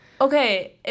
Okay